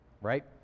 right